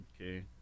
Okay